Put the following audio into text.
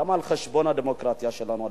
גם על חשבון הדמוקרטיה שלנו.